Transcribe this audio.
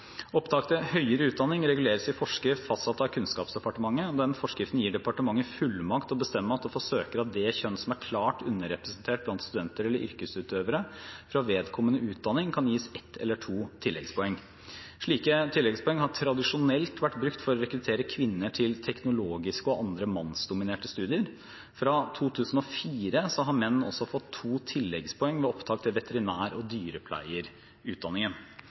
Opptak til høyere utdanning reguleres i forskrift fastsatt av Kunnskapsdepartementet, og den forskriften gir departementet fullmakt til å bestemme at det for søkere av det kjønn som er klart underrepresentert blant studenter eller yrkesutøvere fra vedkommende utdanning, kan gis 1 eller 2 tilleggspoeng. Slike tilleggspoeng har tradisjonelt vært brukt for å rekruttere kvinner til teknologiske og andre mannsdominerte studier. Fra 2004 har menn fått 2 tilleggspoeng ved opptak til veterinær- og dyrepleierutdanningen.